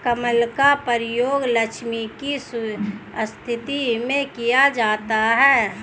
कमल का प्रयोग लक्ष्मी की स्तुति में किया जाता है